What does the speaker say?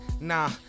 Nah